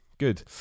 Good